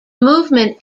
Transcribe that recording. movement